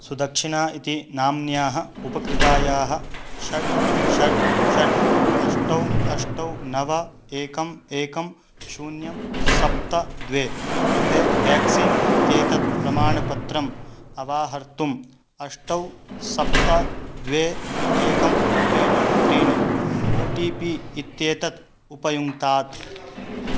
सुदक्षिणा इति नाम्न्याः उपकृतायाः षट् षट् षट् अष्ट अष्ट नव एकम् एकं शून्यं सप्त द्वे कृते व्याक्सीन् इत्येतत् प्रमाणपत्रम् अवाहर्तुम् अष्ट सप्त द्वे एकं त्रीणि त्रीणि ओ टि पि इत्येतत् उपयुङ्क्तात्